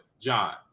John